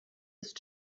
ist